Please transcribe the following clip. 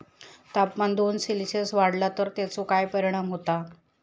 तापमान दोन सेल्सिअस वाढला तर तेचो काय परिणाम होता?